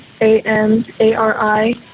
A-M-A-R-I